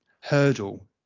hurdle